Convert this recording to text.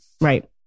Right